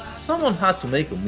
someone had to make